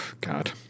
God